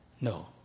No